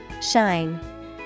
Shine